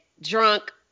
drunk